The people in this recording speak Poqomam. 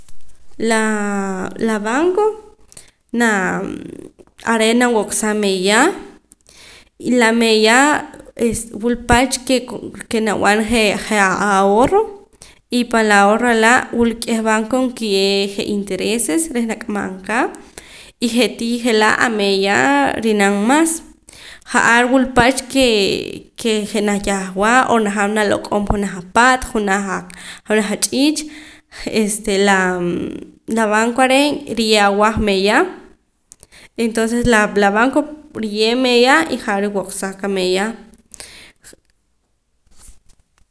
Laa la banco naa are' nawaqsaam meeya y la meeya es wulpacha ke koo kenab'an je' je a ahorro y pan la ahorro laa' wula k'eh banco nkiye' je' intereses reh nak'amam ka y je'tii' je'laa ameeya ri'nam mas ja'ar wul pach kee ke je' yajwaa o najaam naloq'om junaj apaat junaj a junaj ach'iich' je' este laa la banco are' riye' awah meeya entonces laa la banco riye' meeya y ja're riwaqsaa qameeya